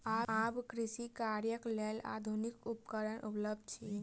आब कृषि कार्यक लेल आधुनिक उपकरण उपलब्ध अछि